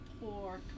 poor